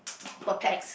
per pax